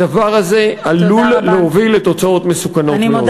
הדבר הזה עלול להוביל לתוצאות מסוכנות מאוד.